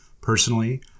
personally